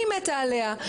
אני מתה עליה.